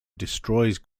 destroys